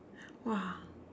!wah!